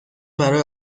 برای